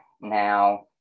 Now